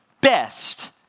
best